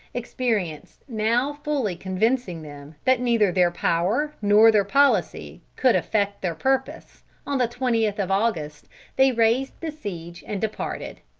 experience now fully convincing them that neither their power nor their policy could effect their purpose, on the twentieth of august they raised the siege and departed.